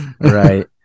Right